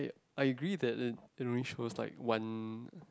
I agree that that only shows like one